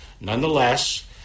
Nonetheless